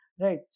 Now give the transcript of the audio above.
right